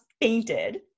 fainted